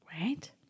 Right